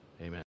Amen